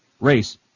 race